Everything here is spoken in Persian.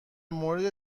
مورد